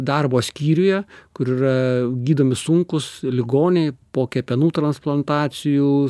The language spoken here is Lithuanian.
darbo skyriuje kur yra gydomi sunkūs ligoniai po kepenų transplantacijų